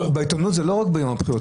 בעיתונות זה לא רק ביום הבחירות.